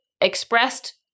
expressed